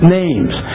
names